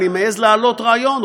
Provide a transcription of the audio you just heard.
אני מעז להעלות רעיון,